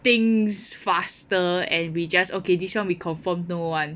thinks faster and we just okay this one we confirm know [one]